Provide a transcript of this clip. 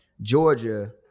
Georgia